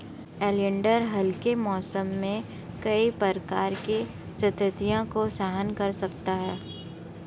oleander हल्के मौसम में कई प्रकार की स्थितियों को सहन कर सकता है